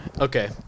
Okay